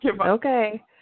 okay